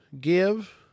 give